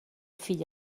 fill